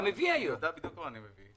אני יודע בדיוק מה אני מביא.